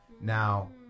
Now